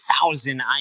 thousand